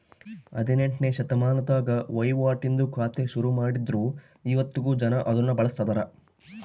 ಹದಿನೆಂಟ್ನೆ ಶತಮಾನದಾಗ ವಹಿವಾಟಿಂದು ಖಾತೆ ಶುರುಮಾಡಿದ್ರು ಇವತ್ತಿಗೂ ಜನ ಅದುನ್ನ ಬಳುಸ್ತದರ